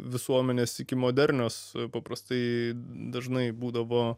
visuomenės iki modernios paprastai dažnai būdavo